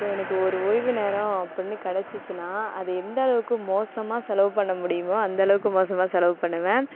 இப்போ எனக்கு ஒரு ஓய்வு நேரம் அப்படின்னு கிடச்சிச்சுன்னா அதை எந்தளவுக்கு மோசமாக செலவு பண்ண முடியுமோ அந்தளவுக்கு மோசமாக செலவு பண்ணுவேன்